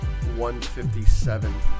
157